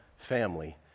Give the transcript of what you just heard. family